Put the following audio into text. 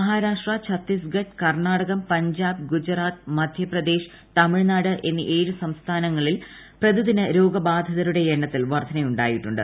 മഹാരാഷ്ട്ര ഛത്തീസ്ഗഢ് കർണാടകം പഞ്ചാബ് ഗുജറാത്ത് മധ്യപ്രദേശ് തമിഴ്നാട് എന്നീ ഏഴ് സംസ്ഥാനങ്ങളിൽ പുതിയ പ്രതിദിന രോഗബാധിതരുടെ എണ്ണത്തിൽ വർധനയുണ്ടായിട്ടുണ്ട്